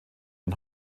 und